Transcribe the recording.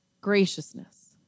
graciousness